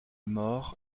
mort